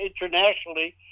internationally